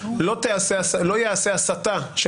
לא יעשה הסטה,